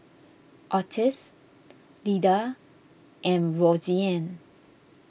Ottis Lyda and Roseanne